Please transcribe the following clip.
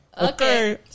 Okay